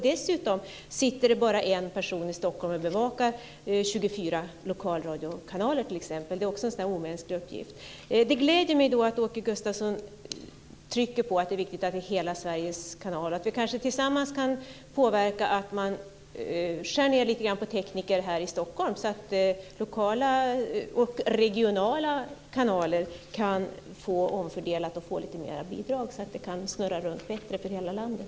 Dessutom sitter det bara en person i Stockholm och bevakar 24 lokalradiokanaler. Det är också en sådan här omänsklig uppgift. Det gläder mig att Åke Gustavsson trycker på att det är viktigt att detta är hela Sveriges kanaler. Tillsammans kan vi kanske påverka så att man skär ned lite grann på teknikerna här i Stockholm så att lokala och regionala kanaler genom en omfördelning kan få lite mer bidrag. På så sätt kan det snurra runt bättre för hela landet.